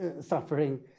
suffering